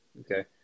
Okay